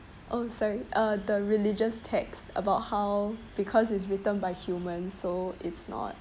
oh sorry uh the religious texts about how because it's written by humans so it's not